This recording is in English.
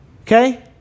okay